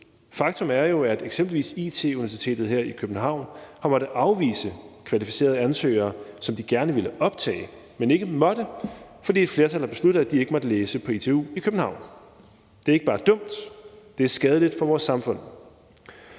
eksempelvis IT-Universitetet her i København har måttet afvise kvalificerede ansøgere, som de gerne ville optage, men ikke måtte, fordi et flertal har besluttet, at de ikke må læse på ITU i København. Det er ikke bare dumt; det er skadeligt for vores samfund.